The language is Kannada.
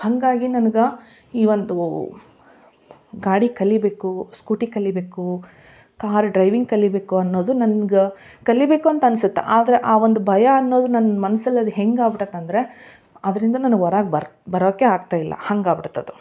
ಹಾಗಾಗಿ ನನ್ಗೆ ಈ ಒಂದು ಗಾಡಿ ಕಲಿಬೇಕು ಸ್ಕೂಟಿ ಕಲಿಯಬೇಕು ಕಾರ್ ಡ್ರೈವಿಂಗ್ ಕಲಿಯಬೇಕು ಅನ್ನೋದು ನನ್ಗ ಕಲಿಯಬೇಕು ಅಂತ ಅನ್ಸತ್ತ ಆದರೆ ಆ ಒಂದು ಭಯ ಅನ್ನೋದು ನನ್ನ ಮನ್ಸಲ್ಲಿ ಅದು ಹೆಂಗೆ ಆಗಿ ಬಿಟ್ಟತ ಅಂದ್ರ ಅದರಿಂದ ನಾನು ಹೊರಗೆ ಬರ್ ಬರೋಕೆ ಆಗ್ತಾ ಇಲ್ಲ ಹಂಗೆ ಆಗ್ಬಿಟತೆ ಅದು